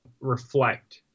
reflect